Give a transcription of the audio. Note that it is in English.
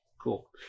cool